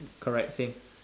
correct same